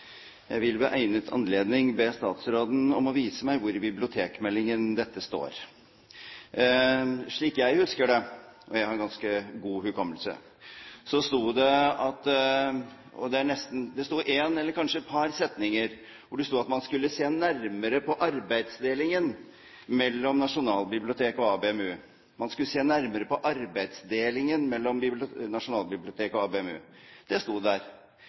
Jeg vil ved egnet anledning be statsråden om å vise meg hvor i bibliotekmeldingen dette står. Slik jeg husker det – og jeg har ganske god hukommelse – var det én eller kanskje et par setninger hvor det sto at man skulle se nærmere på arbeidsdelingen mellom Nasjonalbiblioteket og ABM-u. Det sto det. Oppriktig talt, det er ganske stor avstand mellom det å se på arbeidsdelingen mellom to sentrale aktører i et system, og å si at det